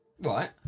Right